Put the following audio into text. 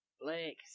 Blake